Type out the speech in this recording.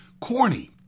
Corny